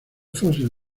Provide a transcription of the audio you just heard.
fósil